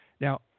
Now